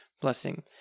blessing